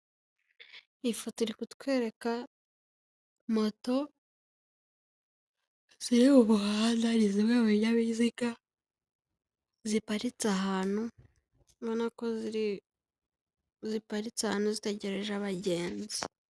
Iyi foto iri kutwereka moto, ziri mu muhanda, ni zimwe mu binyabiziga ziparitse ahantu, ubona ko ziparitse ahantu zitegereje abagenzi.